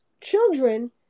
children